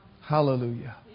Hallelujah